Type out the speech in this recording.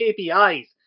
KPIs